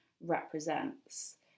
represents